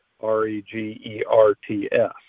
r-e-g-e-r-t-s